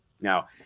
Now